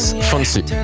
Fancy